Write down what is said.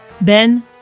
Ben